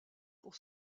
pour